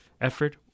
effort